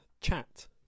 chat